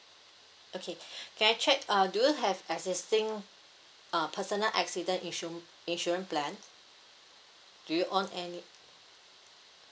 okay can I check uh do you have existing uh personal accident insu~ insurance plan do you own any